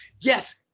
Yes